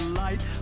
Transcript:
light